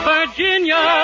Virginia